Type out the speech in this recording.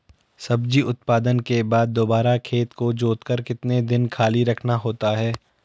सब्जी उत्पादन के बाद दोबारा खेत को जोतकर कितने दिन खाली रखना होता है?